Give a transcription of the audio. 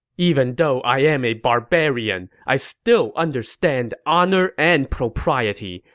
even though i am a barbarian, i still understand honor and propriety.